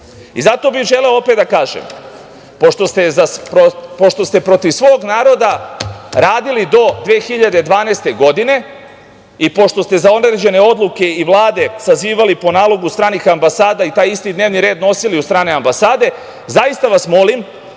I zato bih želeo opet da kažem, pošto ste protiv svog naroda, radilii do 2012. godine, i pošto ste za određene odluke i Vlade sazivali po nalogu stranih ambasada i taj isti dnevni red nosili u strane ambasade, zaista vas molim